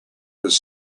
this